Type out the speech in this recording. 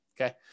Okay